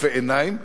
רופא עיניים?